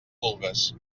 vulgues